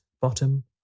bottom